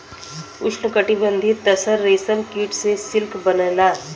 उष्णकटिबंधीय तसर रेशम कीट से सिल्क बनला